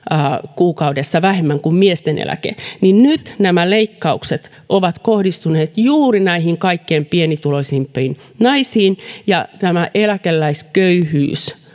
kuukaudessa vähemmän kuin miesten eläke niin nyt nämä leikkaukset ovat kohdistuneet juuri näihin kaikkein pienituloisimpiin naisiin ja eläkeläisköyhyys